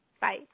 Bye